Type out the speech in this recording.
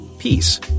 peace